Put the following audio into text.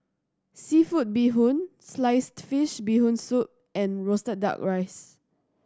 seafood bee hoon sliced fish Bee Hoon Soup and roasted Duck Rice